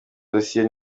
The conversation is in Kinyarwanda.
dosiye